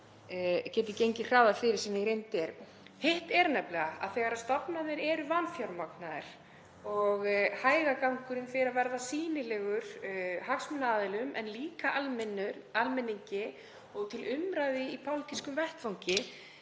geti gengið hraðar fyrir sig en er í reynd. Hitt er nefnilega að þegar stofnarnir eru vanfjármagnaðar og hægagangurinn fer að verða sýnilegur hagsmunaaðilum en líka almenningi og til umræðu á pólitískum vettvangi